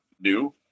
new